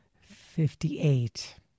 fifty-eight